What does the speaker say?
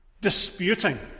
disputing